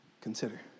Consider